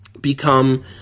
become